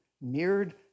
mirrored